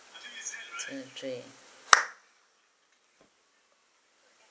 two three